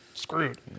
screwed